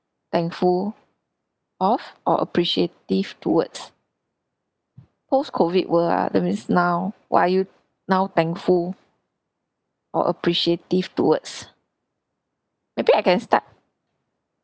thankful of or appreciative towards post COVID world ah that means now what are you now thankful or appreciative towards maybe I can start